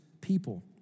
people